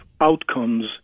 outcomes